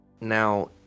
now